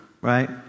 right